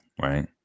Right